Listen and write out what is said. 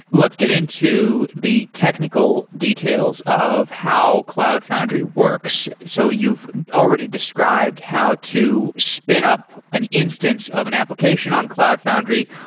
let's get into the technical details of how cloud foundry works. so you've already described how to spin up an instance of an application on cloud foundry.